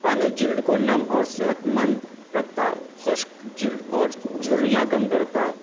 پانی جلد کو نم اور صحت مند رکھتا ہے خشک جلد اور جھریاں کم کرتا ہے